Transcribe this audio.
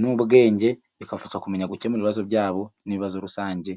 n'ubwenge, bikabafasha kumenya gukemura ibibazo byabo n'ibibazo rusange.